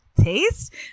taste